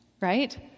right